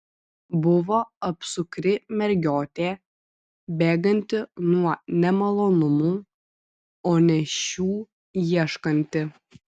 buvo apsukri mergiotė bėganti nuo nemalonumų o ne šių ieškanti